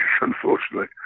unfortunately